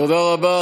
תודה רבה.